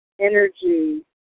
energy